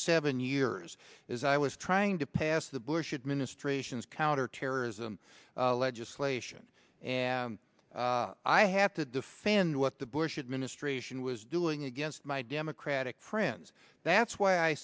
seven years as i was trying to pass the bush administration's counter terrorism legislation and i have to defend what the bush administration was doing against my democratic friends that's why i